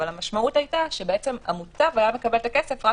אבל המשמעות הייתה שבעצם המוטב היה מקבל את הכסף רק